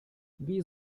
wie